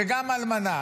וגם האלמנה,